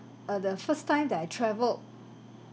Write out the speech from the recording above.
uh the first time that I travelled